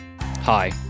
Hi